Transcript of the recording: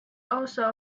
also